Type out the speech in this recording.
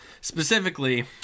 Specifically